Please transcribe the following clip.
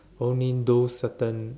only those certain